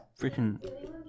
freaking